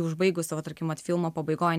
užbaigus savo tarkim vat filmo pabaigoj